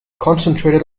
concentrated